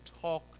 talk